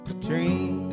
dream